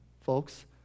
folks